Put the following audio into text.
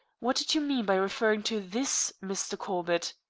what did you mean by referring to this mr. corbett?